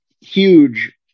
huge